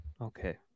Okay